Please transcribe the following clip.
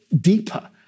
deeper